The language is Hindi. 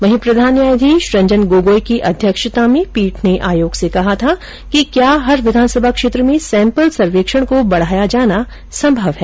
वहीं प्रधान न्यायाधीश रंजन गोगोई की अध्यक्षता में पीठ ने आयोग से कहा था कि क्या हर विधानसभा क्षेत्र में सैम्पल सर्वेक्षण को बढ़ाया जाना संभव है